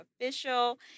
Official